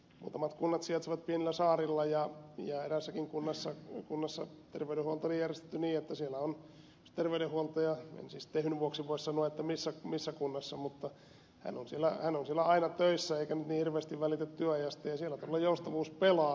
muutamat kunnat sijaitsevat pienillä saarilla ja eräässäkin kunnassa terveydenhuolto oli järjestetty niin että siellä on terveydenhuoltaja en siis tehyn vuoksi voi sanoa missä kunnassa mutta hän on siellä aina töissä eikä nyt niin hirveästi välitä työajasta ja siellä todella joustavuus pelaa